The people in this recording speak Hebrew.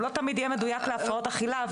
הוא לא תמיד יהיה מדויק להפרעות אכילה,